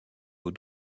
eau